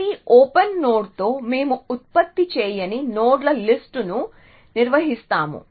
ప్రతి ఓపెన్ నోడ్తో మేము ఉత్పత్తి చేయని నోడ్ల లిస్ట్ ను నిర్వహిస్తాము